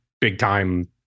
big-time